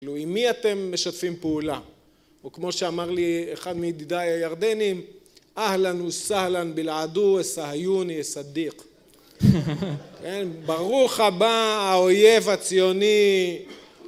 כאילו עם מי אתם משתפים פעולה? וכמו שאמר לי אחד מידידיי הירדניים ״אהלן וסהלן בלעדו וסהיוני וסדיק״ ברוך הבא האויב הציוני